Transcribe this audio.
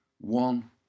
one